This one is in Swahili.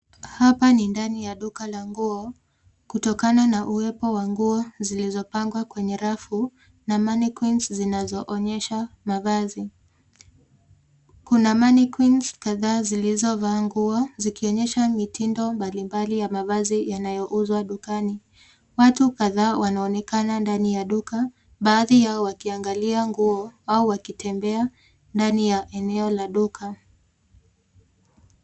Hapa ni ndani ya duka la nguo kutokana na uwepo wa nguo zilizopangwa kwenye rafu na mannequins zilizoonyesha mavazi. Kuna mannequins kadhaa zilizovaa nguo zikionyesha mitindo mbalimbali ya mavazi yanayouzwa dukani. Watu kadhaa wanaonekana ndani ya duka baadhi yao wakiangalia nguo au wakitembea ndani ya eneo la duka.